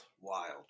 Wild